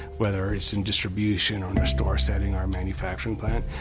whether it's in distribution, or in the store setting ah or manufacturing plant.